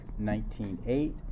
19.8